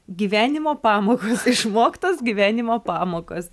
gyvenimo pamokos išmoktos gyvenimo pamokos